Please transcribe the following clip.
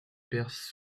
perse